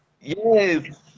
Yes